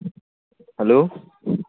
hello